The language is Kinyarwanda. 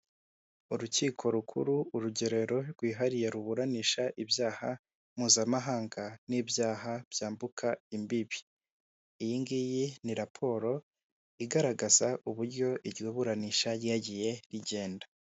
Urukiko rukuru urugerero rwihariye ruburanisha ibyaha mpuzamahanga n'ibyaha byambuka imbibi, iyi ngiyi ni raporo igaragaza uburyo iryo buranisha ryagiye rigenda.